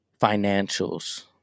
financials